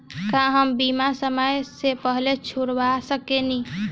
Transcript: का हम बीमा समय से पहले छोड़वा सकेनी?